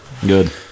good